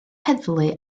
heddlu